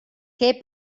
què